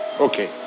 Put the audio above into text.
Okay